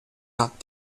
not